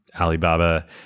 Alibaba